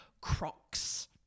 Crocs